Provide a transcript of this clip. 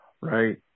Right